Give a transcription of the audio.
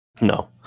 No